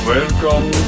Welcome